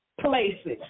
places